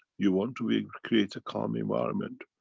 you want to be. create a calm environment,